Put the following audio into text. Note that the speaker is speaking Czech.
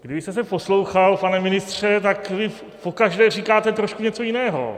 Kdybyste se poslouchal, pane ministře, tak vy pokaždé říkáte trošku něco jiného.